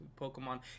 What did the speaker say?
Pokemon